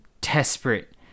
desperate